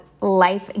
Life